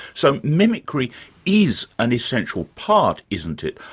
so mimicry is an essential part, isn't it,